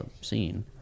scene